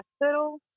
hospital